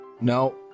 no